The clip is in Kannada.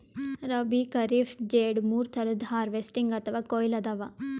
ರಬ್ಬೀ, ಖರೀಫ್, ಝೆಡ್ ಮೂರ್ ಥರದ್ ಹಾರ್ವೆಸ್ಟಿಂಗ್ ಅಥವಾ ಕೊಯ್ಲಿ ಅದಾವ